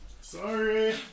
Sorry